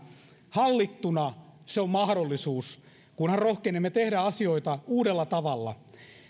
hallittuna se on mahdollisuus kunhan rohkenemme tehdä asioita uudella tavalla